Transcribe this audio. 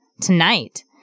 Tonight